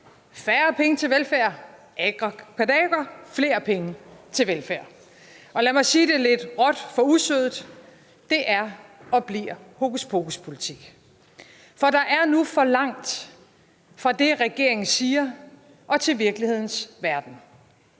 Færre penge til velfærd – abracadabra – flere penge til velfærd. Og lad mig sige det lidt råt for usødet: Det er og bliver hokus pokus-politik, for der er nu for langt fra det, regeringen siger, og til virkelighedens verden.